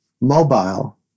mobile